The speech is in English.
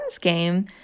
game